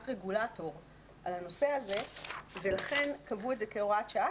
רגולטור על הנושא הזה ולכן קבעו זאת כהוראת שעה,